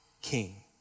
king